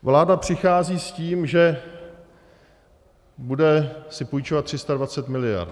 Vláda přichází s tím, že bude si půjčovat 320 mld.